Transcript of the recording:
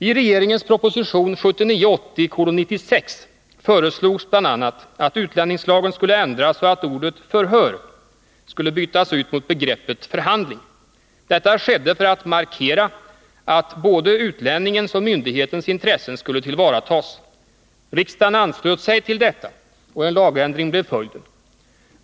I regeringens proposition 1979/80:96 föreslogs bl.a. att utlänningslagen skulle ändras så att ordet ”förhör” skulle utbytas mot begreppet ”förhandling”. Detta skedde för att markera att både utlänningens och myndighetens intressen skulle tillvaratas. Riksdagen anslöt sig till detta förslag, och en lagändring blev följden.